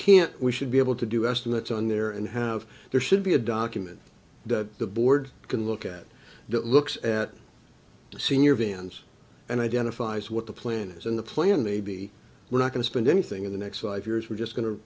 can't we should be able to do estimates on there and have there should be a document that the board can look at that looks at senior vans and identifies what the plan is in the plan maybe we're not going to spend anything in the next five years we're just go